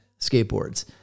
skateboards